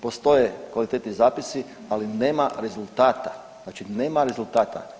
Postoje kvalitetni zapisi, ali nema rezultata, znači nema rezultata.